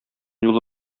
юлы